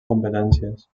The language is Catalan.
competències